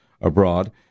abroad